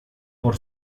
por